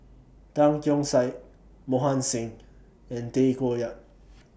Tan Keong Saik Mohan Singh and Tay Koh Yat